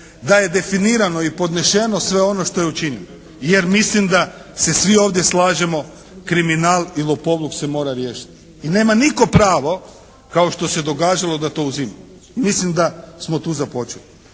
Da je definirano i podnešeno sve ono što je učinjeno. Jer mislim da se svi ovdje slažemo kriminal i lopovluk se mora riješiti. I nema nitko pravo kao što se događalo da to uzima. Mislim da smo tu započeli.